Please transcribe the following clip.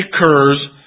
occurs